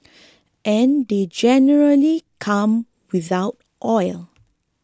and they generally come without oil